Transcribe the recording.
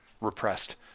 repressed